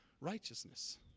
righteousness